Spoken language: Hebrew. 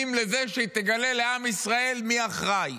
לזה שהיא תגלה לעם ישראל מי האחראי,